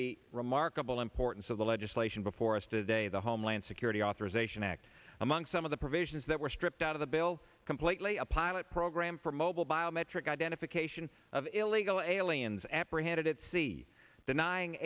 the remarkable importance of the legislation before us today the homeland security authorization act among some of the provisions that were stripped out of the bill completely a pilot program for mobile biometric identification of illegal aliens apprehended at sea denying